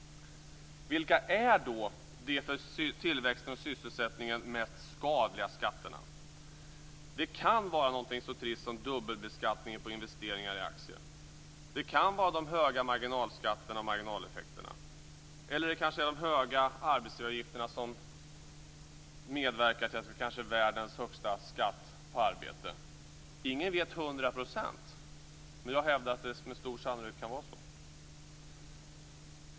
Vilka är då de för tillväxten och sysselsättningen mest skadliga skatterna? Det kan vara något så trist som dubbelbeskattning av investeringar i aktier, höga marginalskatter, höga marginaleffekter eller de höga arbetsgivaravgifterna som medverkar till att vi har världens högsta skatt på arbete. Ingen vet svaret till hundra procent. Men jag hävdar att det med stor sannolikhet kan vara så.